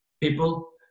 people